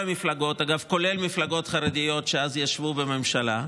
כל המפלגות, כולל מפלגות חרדיות שאז ישבו בממשלה,